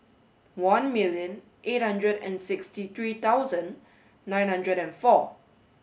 one million eight hundred and sixty three thousand nine hundred and four